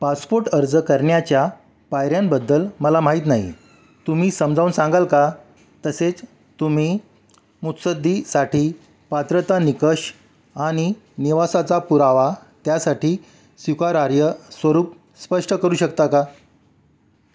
passport अर्ज करण्याच्या पायऱ्यांबद्दल मला माहीत नाही तुम्ही समजावून सांगाल का तसेच तुम्ही मुत्सद्दीसाठी पात्रता निकष आणि निवासाचा पुरावा त्यासाठी स्वीकारार्ह स्वरूप स्पष्ट करू शकता का